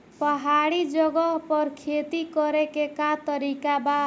पहाड़ी जगह पर खेती करे के का तरीका बा?